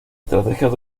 estrategias